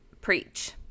Preach